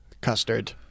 custard